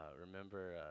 remember